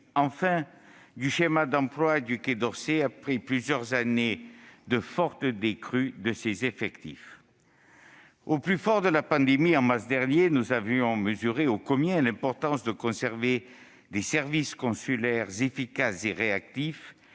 enfin !- du schéma d'emploi du quai d'Orsay, après plusieurs années de forte décrue de ses effectifs. Au plus fort de la pandémie, en mars dernier, nous avions mesuré, ô combien, l'importance de conserver des services consulaires efficaces et réactifs,